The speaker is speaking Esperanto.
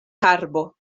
karbo